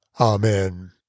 Amen